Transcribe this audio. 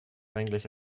eigentlich